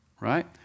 Right